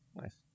Nice